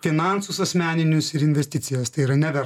finansus asmeninius ir investicijas tai yra ne verslo